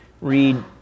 read